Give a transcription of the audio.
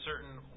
certain